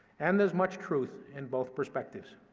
and there's much truth in both perspectives.